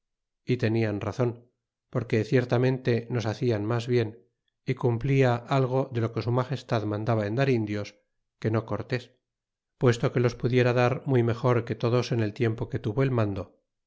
y tenian razon porque ciertamente nos hacian mas bien y cumplía algo de lo que su magestad mandaba en dar indios que no cortés puesto que los pudiera dar muy mejor que todos en el tiempo que tuvo el mando